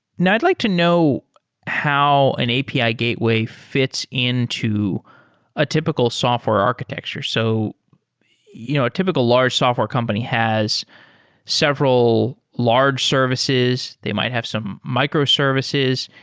now i'd like to know how an api ah gateway fits into a typical software architecture. so you know a typical large software company has several large services. they might have some microservices,